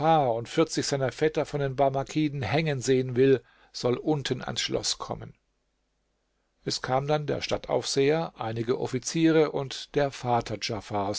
und vierzig seiner vetter von den barmakiden hängen sehen will soll unten ans schloß kommen es kam dann der stadtaufseher einige offiziere und der vater